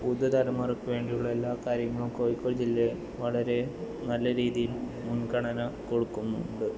പുതു തലമുറക്ക് വേണ്ടിയുള്ള എല്ലാ കാര്യങ്ങളും കോഴിക്കോട് ജില്ലയിൽ വളരെ നല്ല രീതിയിൽ മുൻഗണന കൊടുക്കുന്നുണ്ട്